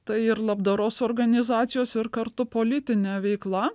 tai ir labdaros organizacijos ir kartu politinė veikla